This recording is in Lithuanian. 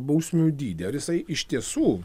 bausmių dydį ar jisai iš tiesų